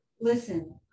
Listen